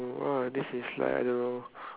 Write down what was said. !wah! this is like I don't know